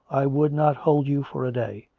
i would not hold you for a day.